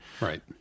Right